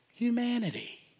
Humanity